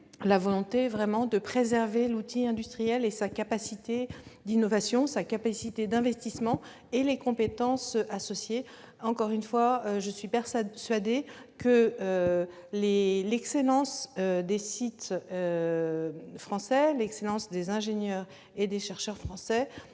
volonté est donc de préserver l'outil industriel et sa capacité d'innovation et d'investissement, ainsi que les compétences associées. Encore une fois, je suis persuadée que l'excellence des sites français et des ingénieurs et chercheurs français